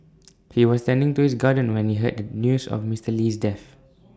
he was tending to his garden when he heard the news of Mister Lee's death